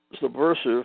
subversive